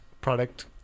product